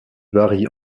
varie